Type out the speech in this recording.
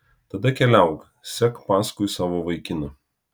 tada keliauk sek paskui savo vaikiną